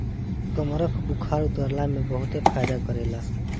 कमरख बुखार उतरला में बहुते फायदा करेला